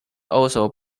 also